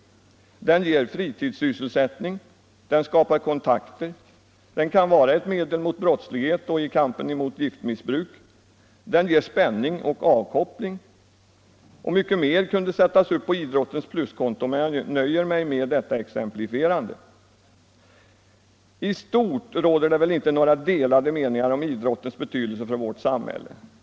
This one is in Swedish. Den ger fritidssysselsättning, den skapar kontakter, den kan vara ett medel mot brottslighet och i kampen mot giftmissbruk, den ger spänning och avkoppling. Mycket annat kunde sättas upp på idrottens pluskonto, men jag nöjer mig med detta exemplifierande. I stort råder det väl inte några delade meningar om idrottens betydelse för vårt samhälle.